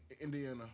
Indiana